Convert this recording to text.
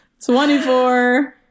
24